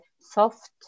soft